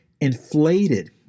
inflated